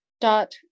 dot